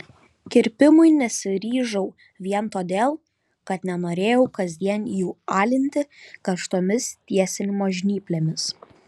kirpimui nesiryžau vien todėl kad nenorėjau kasdien jų alinti karštomis tiesinimo žnyplėmis